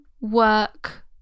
work